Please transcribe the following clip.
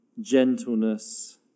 gentleness